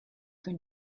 can